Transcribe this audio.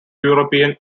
european